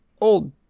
old